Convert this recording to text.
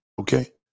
okay